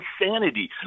insanity